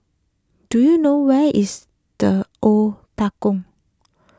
do you know where is the Octagon